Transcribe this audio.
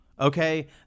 Okay